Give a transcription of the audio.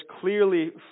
clearly